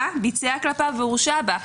שהנתבע ביצע כלפיו והורשע בה".